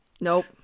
Nope